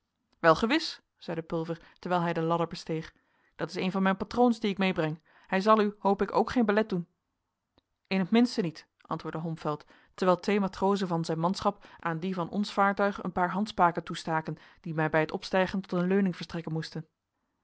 wel gewis zeide pulver terwijl hij de ladder besteeg dat is een van mijn patroons dien ik meebreng hij zal u hoop ik ook geen belet doen in t minste niet antwoordde holmfeld terwijl twee matrozen van zijn manschap aan die van ons vaartuig een paar handspaken toestaken die mij bij het opstijgen tot een leuning verstrekken moesten